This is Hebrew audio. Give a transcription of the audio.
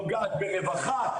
נוגעת ברווחה,